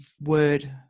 word